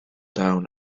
down